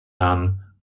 herrn